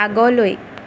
আগলৈ